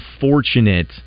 unfortunate